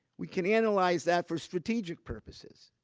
we can analyze that for strategic purposes